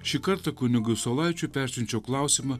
šį kartą kunigui saulaičiui persiunčiau klausimą